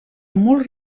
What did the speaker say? molt